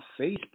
Facebook